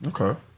Okay